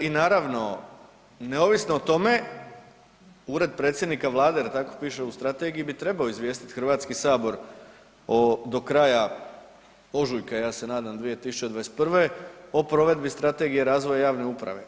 I naravno i neovisno o tome Ured predsjednika Vlade jer tako piše u Strategiji bi trebao izvijestiti Hrvatski sabor o do kraja ožujka ja se nadam 2021. o provedbi Strategije razvoja javne uprave.